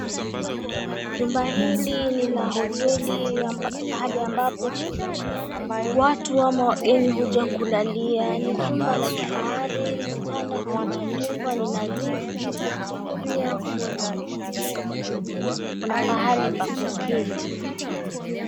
Jumba hili ni la hoteli, pahali ambapo watu ama wageni huja kulalia. Ni jumba la kifahari kitanda kimetandikwa ni nadhifu, pia kuna pahali pa kuketi.